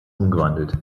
umgewandelt